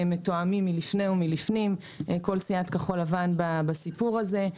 מתואמים לפני ולפנים עם כל סיעת כחול לבן בסיפור הזה.